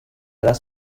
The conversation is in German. lass